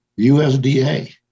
USDA